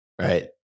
right